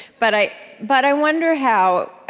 but i but i wonder how